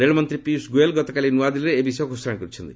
ରେଳମନ୍ତ୍ରୀ ପିୟୁଷ ଗୋୟଲ୍ ଗତକାଲି ନୂଆଦିଲ୍ଲୀଠାରେ ଏ ବିଷୟ ଘୋଷଣା କରିଛନ୍ତି